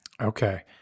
Okay